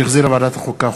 שהחזירה ועדת החוקה,